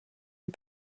les